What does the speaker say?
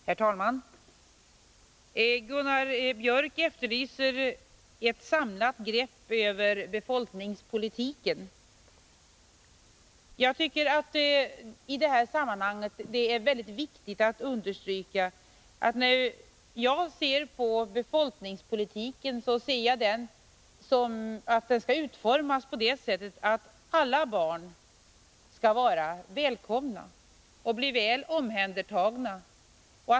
Herr talman! Gunnar Biörck i Värmdö efterlyser ett samlat grepp över befolkningspolitiken. Jag tycker att det i detta sammanhang är viktigt att understryka att befolkningspolitiken skall utformas så, att alla barn skall vara välkomna och bli väl omhändertagna.